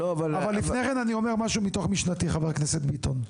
ולפני כן אני אומר משהו מתוך משנתי חבר הכנסת ביטון.